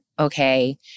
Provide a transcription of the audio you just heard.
Okay